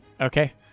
Okay